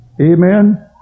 Amen